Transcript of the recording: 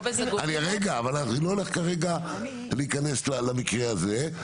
אני לא הולך כרגע להיכנס למקרה הזה.